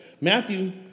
Matthew